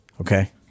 Okay